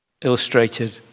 illustrated